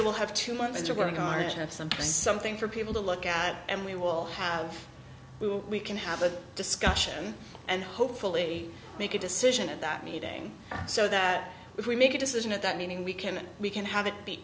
of something something for people to look at and we will have we can have a discussion and hopefully make a decision at that meeting so that if we make a decision at that meeting we can we can have it be